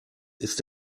ist